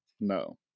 no